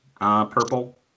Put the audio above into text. purple